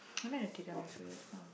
I like the Tiramisu just now